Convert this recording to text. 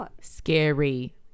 Scary